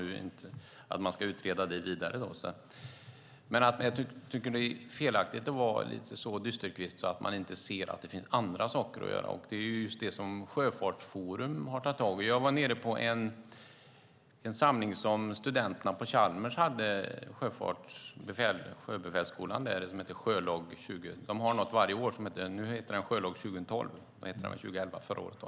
Nu ska det utredas vidare. Jag tycker att det är felaktigt att vara en sådan dysterkvist att man inte ser att det finns andra saker att göra. Det är just det som Sjöfartsforum har tagit tag i. Jag var på en samling som studenterna på Sjöbefälsskolan på Chalmers hade. De har en sådan samling varje år. I år hette den Sjölag 2012. Antagligen hette den Sjölag 2011 förra året.